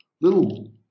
little